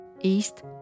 East